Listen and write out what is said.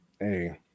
Hey